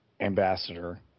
ambassador